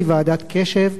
היא ועדת קש"ב,